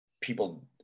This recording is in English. people